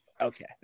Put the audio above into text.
Okay